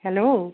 hello